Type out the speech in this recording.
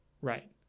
Right